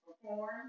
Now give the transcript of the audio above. perform